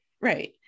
Right